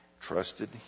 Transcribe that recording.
trusted